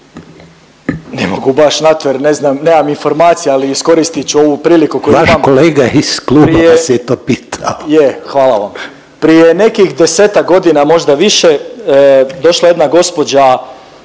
Ne mogu baš na to jer ne znam, nemam informacija, ali iskoristit ću ovu priliku koju imam… …/Upadica Reiner: Vaš kolega iz kluba vas je to pitao./… Je, hvala vam. Prije nekih 10-tak godina, možda više, došla je jedna gospođa